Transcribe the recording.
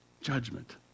Judgment